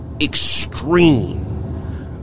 extreme